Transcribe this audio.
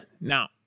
Now